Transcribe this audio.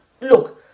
look